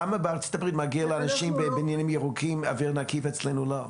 למה בארצות הברית מגיע לאנשים בבניינים ירוקים אוויר נקי ואצלנו לא?